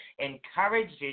encourages